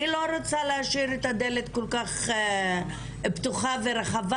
אני לא רוצה להשאיר את הדלת כל כך פתוחה ורחבה